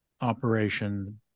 operation